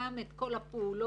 גם את כל הפעולות